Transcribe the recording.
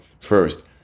first